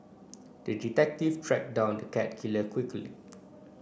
the detective tracked down the cat killer quickly